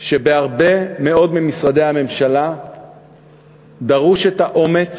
שבהרבה מאוד ממשרדי הממשלה דרוש האומץ